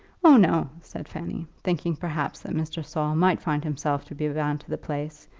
oh, no, said fanny, thinking perhaps that mr. saul might find himself to be bound to the place,